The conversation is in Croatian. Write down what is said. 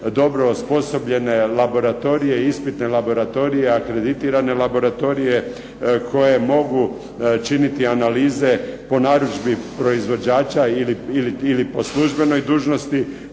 dobro osposobljene laboratorije, ispitne laboratorije, akreditirane laboratorije koje mogu činiti analize po narudžbi proizvođača ili po službenoj dužnosti.